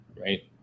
right